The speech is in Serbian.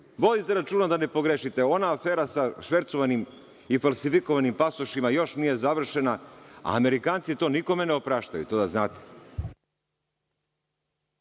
Vodite računa da ne pogrešite. Ona afera sa švercovanim i falsifikovanim pasošima još nije završena, a Amerikanci to nikome ne opraštaju, to da znate.